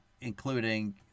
Including